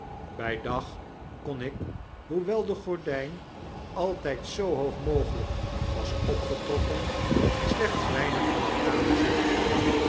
by dag kon ik hoewel de gordyn altyd zoo hoog mogelyk was opgetrokken slechts weinig van de kamer zien